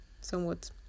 somewhat